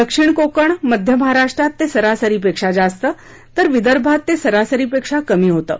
दक्षिण कोकण मध्य महाराष्ट्रात ते सरासरीपेक्षा जास्त तर विदर्भात ते सरासरीपेक्षा कमी होतं